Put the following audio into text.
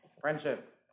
Friendship